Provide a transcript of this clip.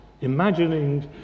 imagining